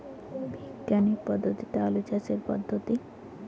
বিজ্ঞানিক পদ্ধতিতে আলু চাষের পদ্ধতি?